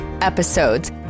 episodes